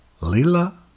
lila